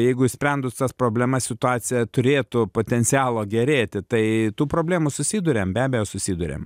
jeigu išsprendus tas problemas situacija turėtų potencialo gerėti tai tų problemų susiduriam be abejo susiduriam